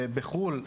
או בחו"ל,